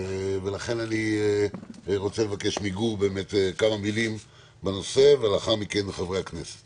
לכן אני רוצה לבקש מגור כמה מילים בנושא ולאחר מכן חברי הכנסת